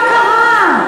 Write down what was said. מה קרה?